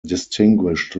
distinguished